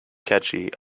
catchy